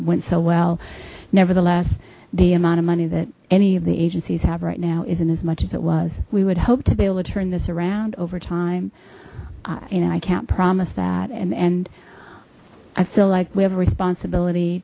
went so well nevertheless the amount of money that any of the agencies have right now isn't as much as it was we would hope to be able to turn this around over time and i can't promise that and and i feel like we have a responsibility